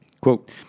Quote